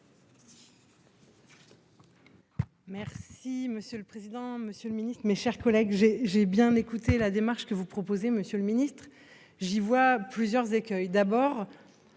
Merci monsieur le président, Monsieur le Ministre, mes chers collègues j'ai j'ai bien écouté la démarche que vous proposez, Monsieur le Ministre, j'y vois plusieurs écueils d'abord.